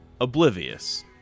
oblivious